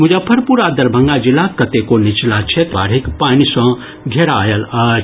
मुजफ्फरपुर आ दरभंगा जिलाक कतेको निचला क्षेत्र बाढ़िक पानि सॅ घेरायल अछि